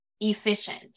efficient